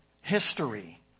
history